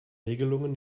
regelungen